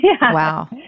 Wow